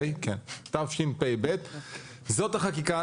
זאת החקיקה,